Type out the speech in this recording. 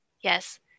Yes